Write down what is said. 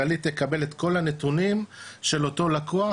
כללית תקבל את כל הנתונים של אותו לקוח,